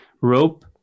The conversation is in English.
Rope